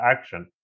action